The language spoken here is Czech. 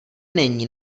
není